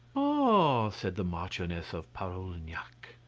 ah! said the marchioness of parolignac,